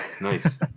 Nice